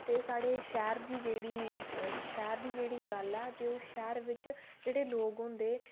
ते साढ़े शैह्र दी जेह्ड़ी ते शैह्र दी जेह्ड़ी गल्ल ऐ ते ओह् शैह्र बिच जेह्ड़े लोक होंदे